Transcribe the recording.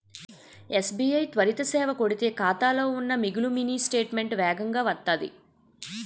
SBI త్వరిత సేవ కొడితే ఖాతాలో ఉన్న మిగులు మినీ స్టేట్మెంటు వేగంగా వత్తాది